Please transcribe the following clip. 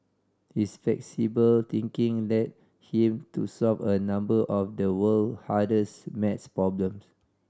his flexible thinking led him to solve a number of the world hardest maths problem